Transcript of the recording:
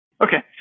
Okay